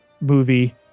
movie